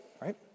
right